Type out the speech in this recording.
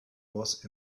was